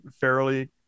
fairly